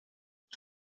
ist